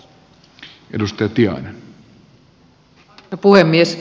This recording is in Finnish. arvoisa puhemies